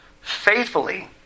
faithfully